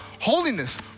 holiness